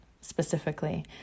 specifically